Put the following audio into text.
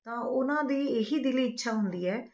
ਤਾਂ ਉਨ੍ਹਾਂ ਦੀ ਇਹੀ ਦਿਲੀ ਇੱਛਾ ਹੁੰਦੀ ਹੈ